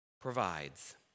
provides